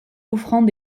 offrant